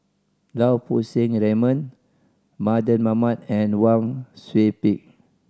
Lau Poo Seng Raymond Mardan Mamat and Wang Sui Pick